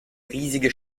riesige